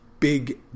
Big